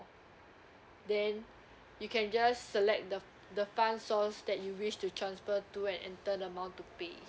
then you can just select the the fund source that you wish to transfer to enter the amount to pay